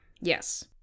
Yes